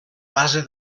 base